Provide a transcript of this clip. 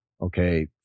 Okay